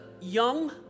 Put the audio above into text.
young